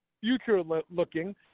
future-looking